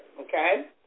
okay